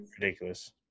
ridiculous